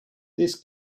this